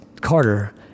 Carter